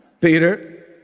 Peter